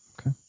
Okay